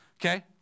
Okay